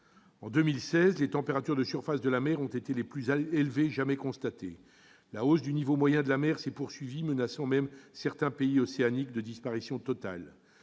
En 2016, les températures de surface de la mer ont été les plus élevées jamais constatées. La hausse du niveau moyen de la mer s'est poursuivie, menaçant même certains pays océaniques de disparition totale.